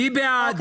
מי בעד